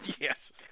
Yes